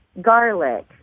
garlic